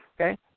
okay